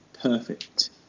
Perfect